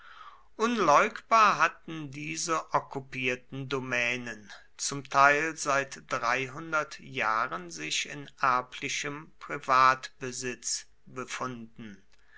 unleugbar hatten diese okkupierten domänen zum teil seit dreihundert jahren sich in erblichem privatbesitz befunden